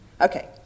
Okay